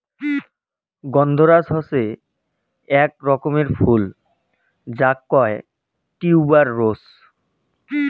রজনীগন্ধা হসে আক রকমের ফুল যাকে কহে টিউবার রোস